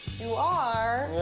you are?